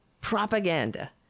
propaganda